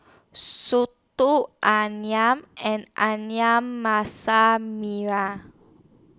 Soto Ayam and Ayam Masak Merah